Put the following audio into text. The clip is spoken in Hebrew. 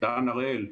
דן הראל,